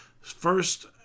first